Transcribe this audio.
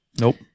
Nope